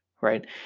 right